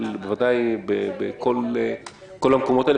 בוודאי בכל המקומות האלה.